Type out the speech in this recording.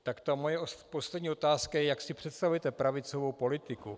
Tak ta moje poslední otázka je, jak si představujete pravicovou politiku.